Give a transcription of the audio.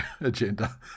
agenda